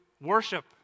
worship